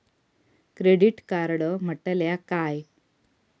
Credit card म्हटल्या काय?